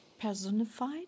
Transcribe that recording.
personified